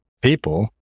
people